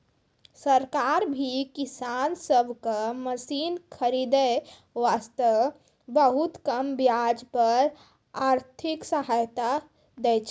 सरकार भी किसान सब कॅ मशीन खरीदै वास्तॅ बहुत कम ब्याज पर आर्थिक सहायता दै छै